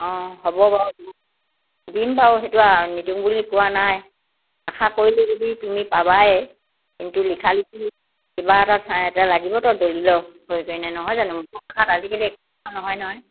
অঁ হ'ব বাৰু দিম বাৰু সেইটো নিদিওঁ বুলি কোৱা নাই আশা কৰিলা যদি তুমি পাবাই কিন্তু লিখা লিখি কিবা এটা চাই এটা লাগিবতো দলিলৰ হৈ পিনে নহয় জানো মুখৰ কথাত আজিকালি একা নহয় নহয়